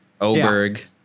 Oberg